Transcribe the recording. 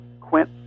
Quint